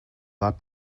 got